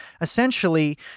essentially